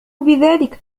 بذلك